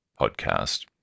podcast